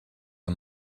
the